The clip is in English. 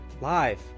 live